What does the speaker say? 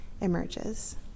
emerges